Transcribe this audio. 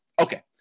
Okay